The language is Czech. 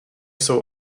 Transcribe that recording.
jsou